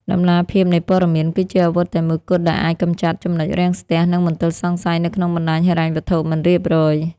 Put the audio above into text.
តម្លាភាពនៃព័ត៌មាន គឺជាអាវុធតែមួយគត់ដែលអាចកម្ចាត់ចំណុចរាំងស្ទះ និងមន្ទិលសង្ស័យនៅក្នុងបណ្តាញហិរញ្ញវត្ថុមិនរៀបរយ។